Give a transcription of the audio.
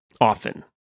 Often